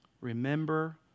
Remember